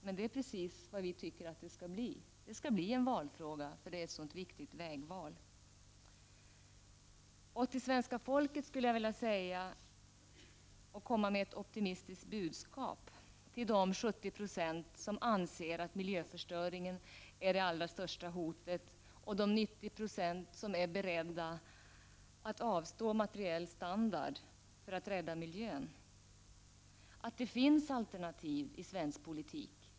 Men det är precis vad vi tycker att den skall bli, eftersom den handlar om ett så viktigt vägval. Till de 70 96 av svenska folket som anser att miljöförstöringen är det allra största hotet och till de 90 26 av svenska folket som är beredda att avstå materiell standard för att rädda miljön skulle jag vilja komma med ett optimistiskt budskap, nämligen att det finns alternativ i svensk politik.